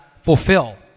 fulfill